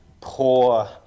poor